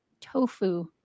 tofu